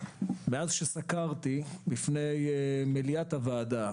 מאז שסקרתי בפני מליאת הוועדה